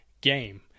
game